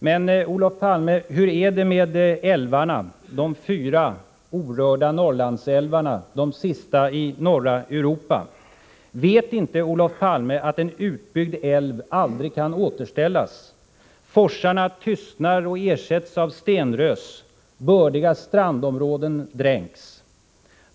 Men, Olof Palme, hur är det med de fyra orörda Norrlandsälvarna, de sista i norra Europa? Vet inte Olof Palme att en utbyggd älv aldrig kan återställas? Forsarna tystnar och ersätts av stenrös. Bördiga strandområden dränks.